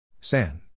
San